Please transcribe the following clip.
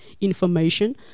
information